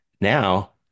Now